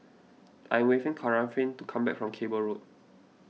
I'm waiting Katharyn to come back from Cable Road